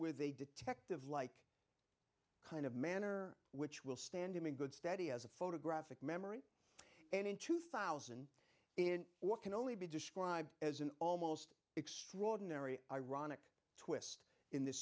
with a detective like kind of manner which will stand him in good steady as a photographic memory and in two thousand in what can only be described as an almost extraordinary ironic twist in this